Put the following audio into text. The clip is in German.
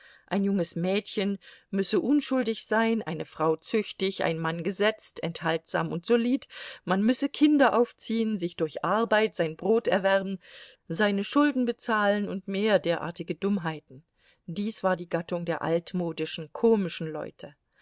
ein junges mädchen müsse unschuldig sein eine frau züchtig ein mann gesetzt enthaltsam und solid man müsse kinder aufziehen sich durch arbeit sein brot erwerben seine schulden bezahlen und mehr derartige dummheiten dies war die gattung der altmodischen komischen leute